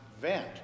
vent